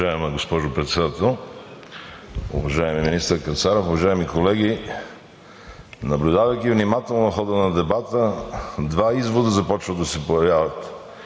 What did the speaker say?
Уважаема госпожо Председател, уважаеми министър Кацаров, уважаеми колеги! Наблюдавайки внимателно хода на дебата, два извода започват да се появяват.